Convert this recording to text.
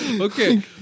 Okay